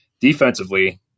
Defensively